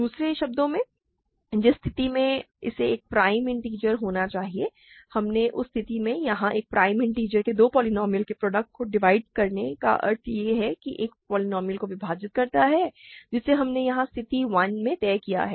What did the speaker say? दूसरे शब्दों में जिस स्थिति में इसे एक प्राइम इन्टिजर होना चाहिए और हमने उस स्थिति में यहाँ एक प्राइम इन्टिजर को दो पोलीनोमिअल के प्रोडक्ट को डिवाइड करने का अर्थ यह है कि यह एक पोलीनोमिअल को विभाजित करता है जिसे हमने यहाँ स्थिति 1 में तय किया है